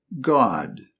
God